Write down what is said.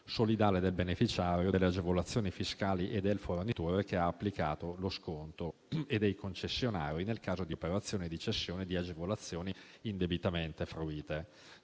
solidale del beneficiario delle agevolazioni fiscali e del fornitore che ha applicato lo sconto e dei concessionari, nel caso di operazioni di cessione di agevolazioni indebitamente fruite.